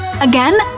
Again